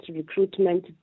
Recruitment